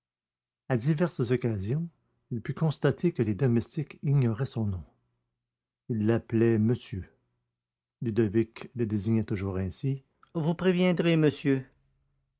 à diverses occasions il put constater que les domestiques ignoraient son nom ils l'appelaient monsieur ludovic le désignait toujours ainsi vous préviendrez monsieur